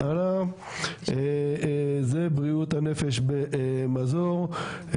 זה בריאות הנפש במזור,